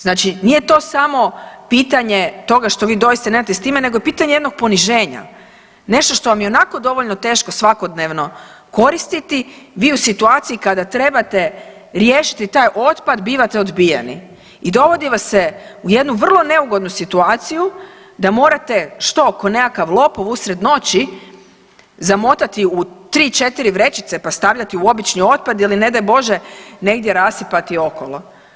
Znači nije to samo pitanje toga što vi doista nemate s time nego pitanje jednog poniženja, nešto što vam je i onako dovoljno teško svakodnevno koristiti vi u situaciji kada trebate riješiti taj otpad bivate odbijeni i dovodi vas se u jednu vrlo neugodnu situaciju da morate što, ko nekakav lopov usred noći zamotati u tri, četiri vrećice pa stavljati u obični otpad ili ne daj Bože negdje raspisati okolo.